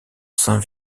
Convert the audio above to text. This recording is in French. saint